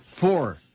Four